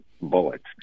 bullets